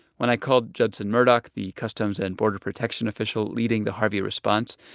when i called judson murdock, the customs and border protection official leading the harvey response,